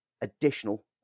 additional